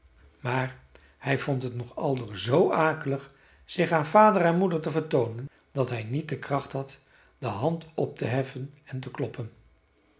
maar hij vond het nog aldoor z akelig zich aan vader en moeder te vertoonen dat hij niet de kracht had de hand op te heffen en te kloppen